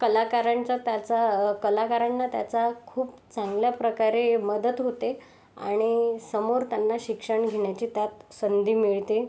कलाकारांचा त्याचा कलाकारांना त्याचा खूप चांगल्या प्रकारे मदत होते आणि समोर त्यांना शिक्षण घेण्याची त्यात संधी मिळते